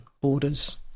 borders